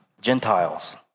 Gentiles